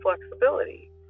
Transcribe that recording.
flexibility